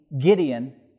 Gideon